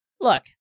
Look